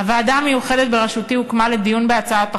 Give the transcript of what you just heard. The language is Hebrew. הוועדה המיוחדת בראשותי הוקמה כדי לדון בהצעת החוק.